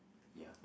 ya